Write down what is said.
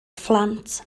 phlant